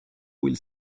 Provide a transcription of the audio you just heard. will